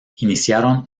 iniciaron